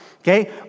Okay